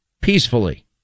peacefully